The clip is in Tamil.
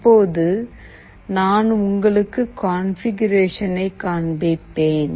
இப்போது நான் உங்களுக்கு கான்பிகுரேஷனை காண்பிப்பேன்